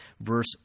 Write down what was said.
verse